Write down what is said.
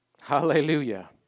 Hallelujah